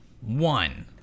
one